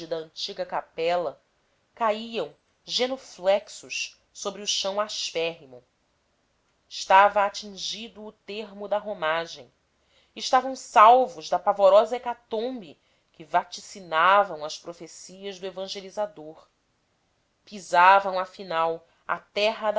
antiga capela caíam genuflexos sobre o chão aspérrimo estava atingido o termo da romagem estavam salvos da pavorosa hecatombe que vaticinavam as